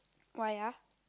why ah